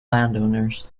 landowners